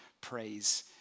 praise